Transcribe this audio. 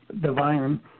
divine